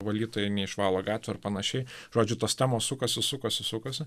valytojai neišvalo gatvių ar panašiai žodžiu tos temos sukosi sukosi sukosi